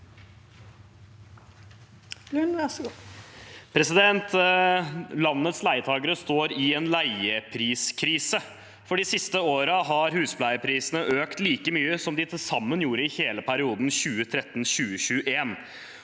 Landets leie- takere står i en leiepriskrise, for de siste årene har husleieprisene økt like mye som de til sammen gjorde i hele perioden 2013–2021.